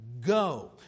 go